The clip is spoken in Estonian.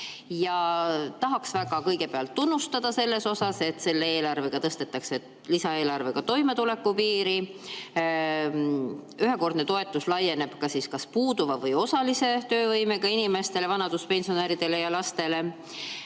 Tahaks väga kõigepealt tunnustada selle eest, et selle lisaeelarvega tõstetakse toimetulekupiiri, ühekordne toetus laieneb ka puuduva või osalise töövõimega inimestele, vanaduspensionäridele ja lastele.